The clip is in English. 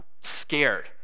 scared